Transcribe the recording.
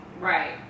Right